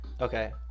Okay